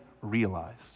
realized